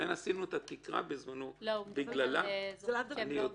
הוא מדבר על זוכים שהם לא מלווים.